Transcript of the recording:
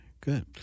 good